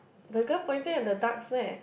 the girl pointing at the ducks meh